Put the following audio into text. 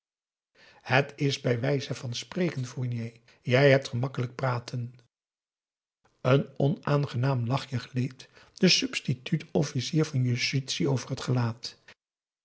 het is bijwijze van spreken fournier jij hebt gemakkelijk praten een onaangenaam lachje gleed den substituut officier van justitie over het gelaat